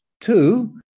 two